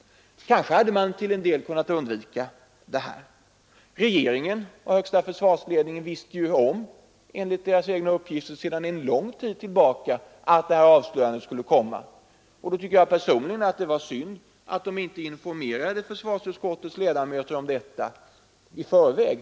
Kanske hade man till en del kunnat undvika detta. Regeringen och högsta försvarsledningen visste ju, enligt egna uppgifter, sedan en lång tid tillbaka att det här avslöjandet skulle komma. Då tycker jag personligen att det var synd att regeringen inte informerade försvarsutskottets ledamöter om detta i förväg.